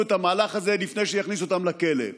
את המהלך הזה לפני שהכניסו אותם לכלא.